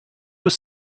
was